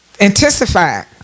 intensified